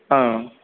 ஆ